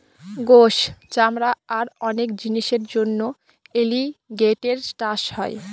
গোস, চামড়া আর অনেক জিনিসের জন্য এলিগেটের চাষ হয়